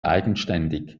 eigenständig